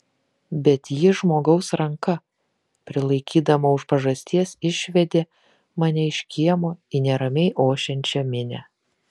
bet ji žmogaus ranka prilaikydama už pažasties išvedė mane iš kiemo į neramiai ošiančią minią